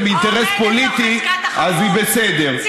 אל תהיי צבועה, רויטל, זה לא מתאים לך.